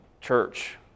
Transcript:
church